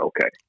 okay